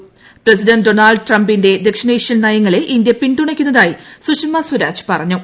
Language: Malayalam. ൃഷ്സിഡ്ന്റ് ഡൊണാൾഡ് ട്രംപിന്റെ ദക്ഷിണേഷ്യൻ നയങ്ങളെ ഇന്ത്യു പീഞുണക്കുന്നതായി സുഷമസ്വരാജ് പറഞ്ഞു